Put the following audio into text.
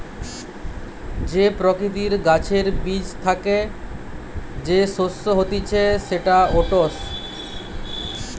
যে প্রকৃতির গাছের বীজ থ্যাকে যে শস্য হতিছে সেটা ওটস